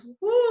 woo